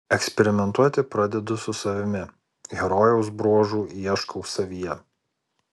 eksperimentuoti pradedu su savimi herojaus bruožų ieškau savyje